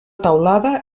teulada